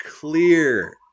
clear